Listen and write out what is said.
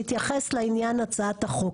אני אתייחס לעניין הצעת החוק,